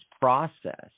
process